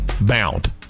bound